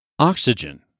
Oxygen